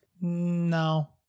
No